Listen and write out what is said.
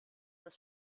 das